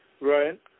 Right